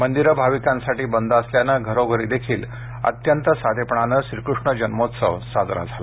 मंदिरं भाविकांसाठी बंद असल्यानं घरोघरी देखील अत्यंत साधेपणानं श्रीकृष्ण जन्मोत्सव साजरा झाला